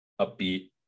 upbeat